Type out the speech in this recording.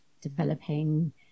developing